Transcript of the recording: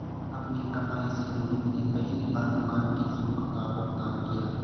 अपनी कमाई से रोहित ने पहली बार दुकान के शुल्क का भुगतान किया